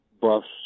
buffs